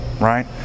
Right